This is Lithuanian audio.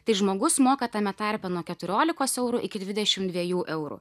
tai žmogus moka tame tarpe nuo keturiolikos eurų iki dvidešim dviejų eurų